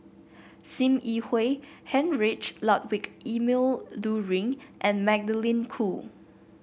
Sim Yi Hui Heinrich Ludwig Emil Luering and Magdalene Khoo